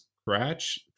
scratch